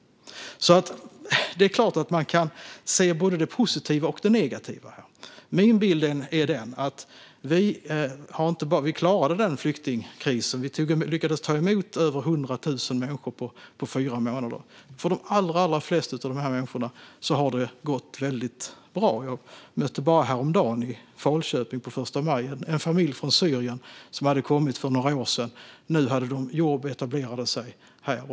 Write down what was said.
Det är klart att man kan se både det positiva och det negativa. Min bild är att vi klarade flyktingkrisen. Vi lyckades ta emot över 100 000 människor på fyra månader. För de allra flesta av dessa människor har det gått väldigt bra. Jag mötte häromdagen, på första maj, i Falköping en familj från Syrien som hade kommit för några år sedan. Nu hade de jobb och etablerade sig här.